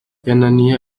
yananiye